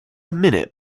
minute